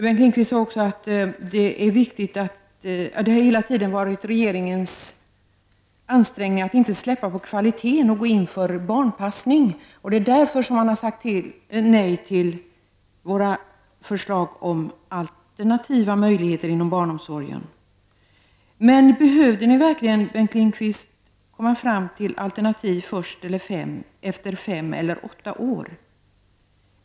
Bengt Lindqvist sade också att regeringen hela tiden har ansträngt sig för att inte släppa på kvaliteten och gå in för barnpassning och att det är därför regeringen har sagt nej till våra förslag om alternativa möjligheter inom barnomsorgen. Men, Bengt Lindqvist, behövde ni verkligen komma fram till alternativ först efter fem eller åtta år?